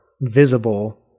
visible